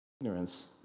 ignorance